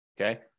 Okay